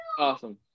Awesome